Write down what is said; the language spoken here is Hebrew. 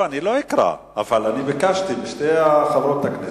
אני לא אקרא, אבל ביקשתי משתי חברות הכנסת: